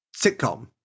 sitcom